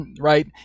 right